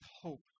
hope